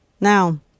Now